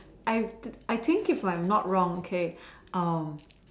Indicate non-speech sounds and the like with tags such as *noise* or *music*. I I think if I'm not wrong okay *breath* um